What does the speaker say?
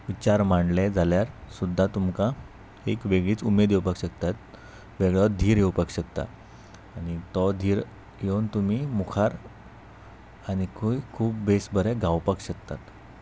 विचार मांडले जाल्यार सुद्दा तुमकां एक वेगळीच उमेद येवपाक शकतात वेगळो धीर येवपाक शकता आनी तो धीर येवन तुमी मुखार आनीकूय खूब बेस बरें गावपाक शकतात